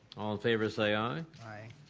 all in favor say aye. aye.